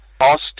asked